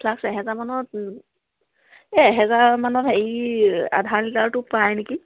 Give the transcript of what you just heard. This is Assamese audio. ফ্লাক্স এহেজাৰ মানত এই এহেজাৰ মানত হেৰি আধা লিটাৰটো পায় নেকি